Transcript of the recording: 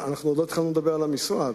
עוד לא התחלנו לדבר על המשרד,